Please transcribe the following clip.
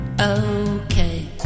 Okay